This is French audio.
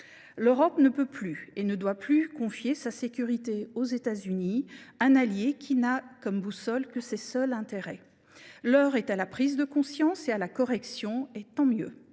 L’Europe ne peut plus et ne doit plus confier sa sécurité aux États Unis, un allié qui n’a comme boussole que ses seuls intérêts. L’heure est à la prise de conscience et à la correction, et c’est tant mieux